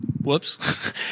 whoops